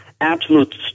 Absolute